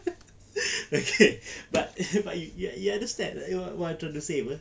okay but you you understand what I trying to say [pe]